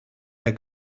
der